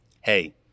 Hey